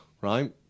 right